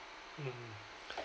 mm